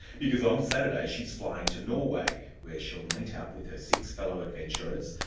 because on saturday she's flying to norway, where she'll meet up with her six fellow adventurers,